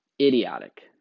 Idiotic